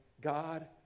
God